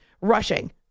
rushing